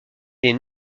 des